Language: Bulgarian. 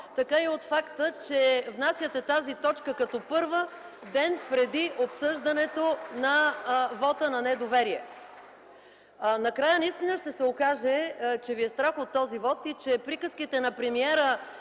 така и от факта, че внасяте тази точка като първа, ден преди обсъждането на вота на недоверие! (Смях и ръкопляскания от ГЕРБ.) Накрая наистина ще се окаже, че ви е страх от този вот и че приказките на премиера